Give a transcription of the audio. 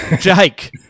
Jake